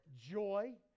joy